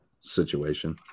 situation